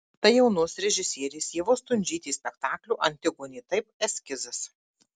tai jaunos režisierės ievos stundžytės spektaklio antigonė taip eskizas